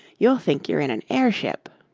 you'll think you're in an airship.